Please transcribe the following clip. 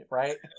right